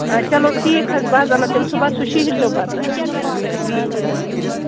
چلو ٹھیٖک حظ چھِ بہٕ حظ اَنَو تیٚلہِ صُبحَس سُہ شِہِرِزیو پَتہٕ اَدٕ حظ اَدٕ حظ